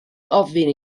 ofyn